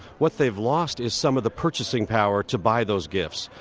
what they've lost is some of the purchasing power to buy those gifts.